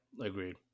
agreed